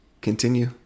Continue